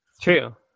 True